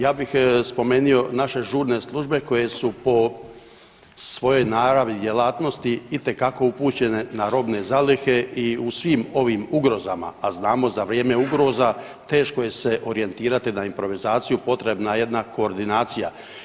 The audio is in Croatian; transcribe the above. Ja bih spomenuo naše žurne službe koje su po svojoj naravi i djelatnosti itekako upućene na robne zalihe i u svim ovim ugrozama, a znamo za vrijeme ugroza teško je se orijentirati na improvizaciju potrebna je jedna koordinacija.